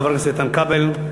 חבר הכנסת איתן כבל,